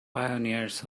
pioneers